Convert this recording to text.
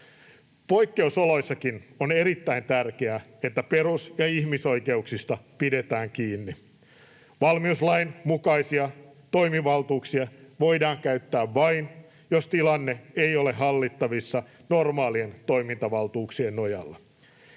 Poikkeusoloissakin on erittäin tärkeää, että perus- ja ihmisoikeuksista pidetään kiinni. Valmiuslain mukaisia toimivaltuuksia voidaan käyttää vain, jos tilanne ei ole hallittavissa normaalien toimintavaltuuksien nojalla.